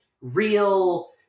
real